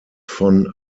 von